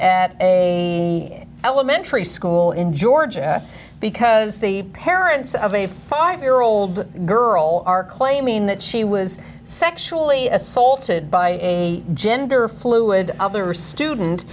at a elementary school in georgia because the parents of a five year old girl are claiming that she was sexually assaulted by a gender fluid other student